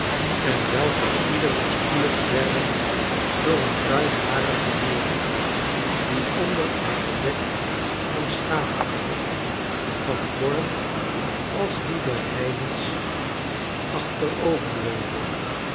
en welke ieder bestuurd werden door een ruigharigen boer die onder een verdek van schapevel van vorm als die der heidens